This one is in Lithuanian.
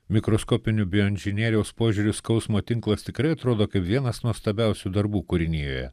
mikroskopiniu bioinžinerijos požiūriu skausmo tinklas tikrai atrodo kaip vienas nuostabiausių darbų kūrinijoje